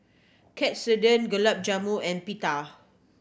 Katsudon Gulab Jamun and Pita